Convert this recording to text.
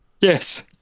Yes